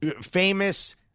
famous